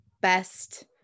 best